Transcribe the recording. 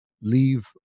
leave